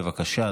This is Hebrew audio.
בבקשה,